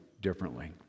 differently